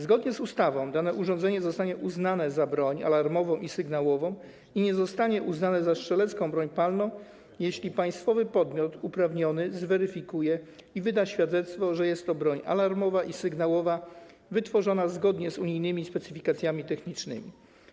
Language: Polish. Zgodnie z ustawą dane urządzenie zostanie uznane za broń alarmową i sygnałową i nie zostanie uznane za strzelecką broń palną, jeśli państwowy podmiot uprawniony zweryfikuje i wyda świadectwo, że jest to broń alarmowa i sygnałowa wytworzona zgodnie z unijnymi specyfikacjami technicznymi.